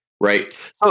right